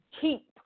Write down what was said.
keep